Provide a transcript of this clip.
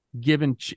given